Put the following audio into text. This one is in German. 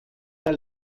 der